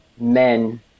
men